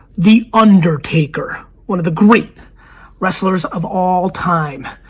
the undertaker. one of the great wrestlers of all time,